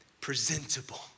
presentable